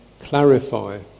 clarify